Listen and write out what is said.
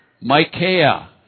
Micaiah